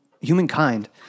humankind